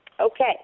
okay